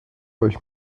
euch